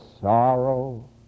sorrow